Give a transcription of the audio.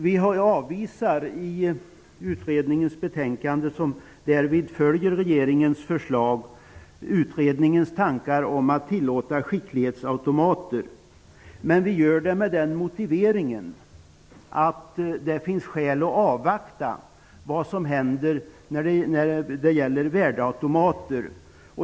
Vi avvisar i utskottets betänkande, som därvidlag följer regeringens förslag, utredningens tankar om att tillåta skicklighetsautomater på land, men vi gör det med den motiveringen att det finns skäl att avvakta utvecklingen vad gäller värdeautomater.